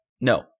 No